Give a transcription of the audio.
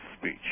speech